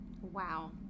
Wow